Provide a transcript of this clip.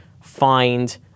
find